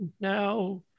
now